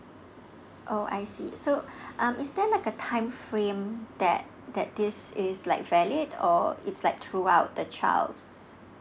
oh I see so um is there like a time frame that that this is like valid or it's like throughout the child